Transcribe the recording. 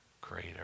greater